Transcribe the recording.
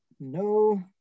No